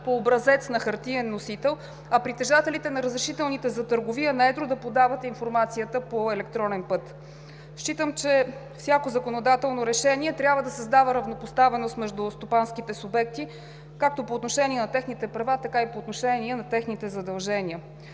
по образец на хартиен носител, а притежателите на разрешителни за търговия на едро да подават информацията по електронен път. Считам, че всяко законодателно решение трябва да създава равнопоставеност между стопанските субекти както по отношение на техните права, така и по отношение на техните задължения.